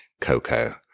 Coco